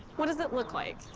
what does it look like?